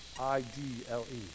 I-D-L-E